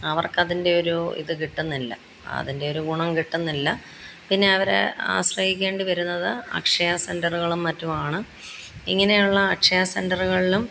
അവർക്കതിൻ്റെയൊരു ഇത് കിട്ടുന്നില്ല അതിൻ്റെയൊരു ഗുണം കിട്ടുന്നില്ല പിന്നെ അവര് ആശ്രയിക്കേണ്ടിവരുന്നത് അക്ഷയ സെൻറ്ററുകളും മറ്റുമാണ് ഇങ്ങനെയുള്ള അക്ഷയ സെന്ററുകളിലും